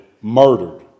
murdered